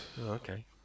Okay